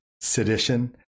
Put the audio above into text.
sedition